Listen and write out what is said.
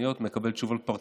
כללי הפיקוח,